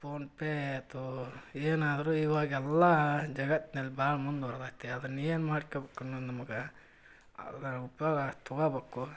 PhonePe ಆಯಿತು ಏನಾದರೂ ಇವಾಗೆಲ್ಲ ಜಗತ್ನಲ್ಲಿ ಭಾಳ ಮುಂದುವರ್ದೈತಿ ಅದನ್ನೇನು ಮಾಡ್ಕ್ಯಬೇಕನ್ನೋದು ನಮ್ಗೆ ಅದರ ಉಪಯೋಗ ತಗೋಬೇಕು